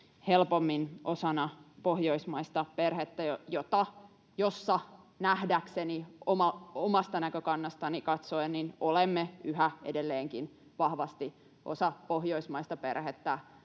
helpommin osana pohjoismaista perhettä, jossa nähdäkseni, omasta näkökannastani katsoen olemme yhä edelleenkin vahvasti — osa pohjoismaista perhettä,